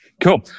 Cool